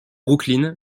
brooklyn